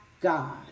God